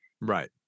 Right